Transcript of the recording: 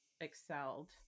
excelled